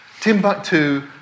Timbuktu